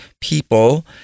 people